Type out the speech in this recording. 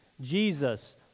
Jesus